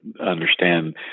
understand